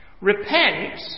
Repent